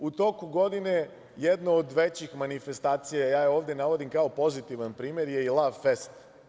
U toku godine jedna od većih manifestacija, ja je ovde navodim kao pozitivan primer, je i Lavfest.